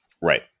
Right